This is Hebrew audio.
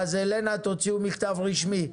הלנה, תוציאו מכתב רשמי.